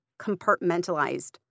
compartmentalized